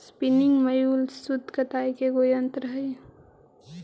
spinning mule सूत कताई के एगो यन्त्र हई